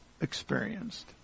experienced